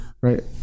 right